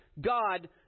God